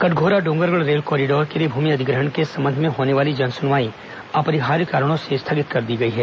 Katghora Dongargarh rail corridor के लिए भूमि अधिग्रहण के संबंध में होने वाली जन सुनवाई अपरिहार्य कारणों से स्थगित कर दी गई है